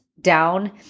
down